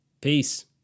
Peace